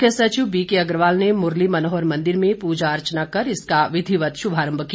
मुख्य सचिव B K Agarwal ने मुरली मनोहर मंदिर में पूजा अर्चना कर इसका विधिवत शुभारंभ किया